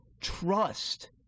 trust